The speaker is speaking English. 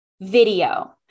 video